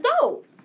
dope